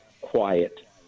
quiet